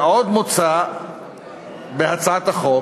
עוד מוצע בהצעת החוק